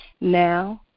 Now